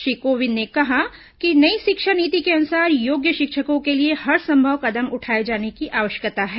श्री कोविंद ने कहा कि नई शिक्षा नीति के अनुसार योग्य शिक्षकों के लिए हरसंभव कदम उठाए जाने की आवश्यकता है